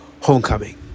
Homecoming